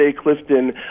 Clifton